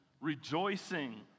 rejoicing